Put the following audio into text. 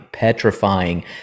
petrifying